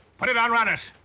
put it on runners.